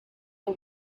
the